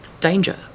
danger